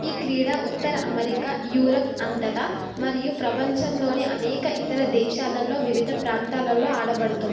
ఈ క్రీడ ఉత్తర అమెరికా యూరప్ అంతటా మరియు ప్రపంచంలోని అనేక ఇతర దేశాలలో వివిధ ప్రాంతాలలో ఆడబడుతుంది